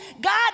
God